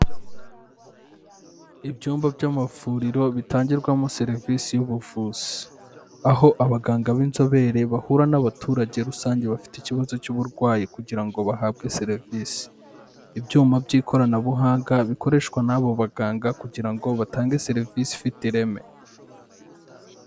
Ibyumba by'amavuriro bitangirwamo serivisi y'ubuvuzi, aho abaganga b'inzobere bahura n'abaturage rusange bafite ikibazo cy'uburwayi kugira ngo bahabwe serivisi, ibyuma by'ikoranabuhanga bikoreshwa n'abo baganga kugira ngo batange serivisi ifite ireme.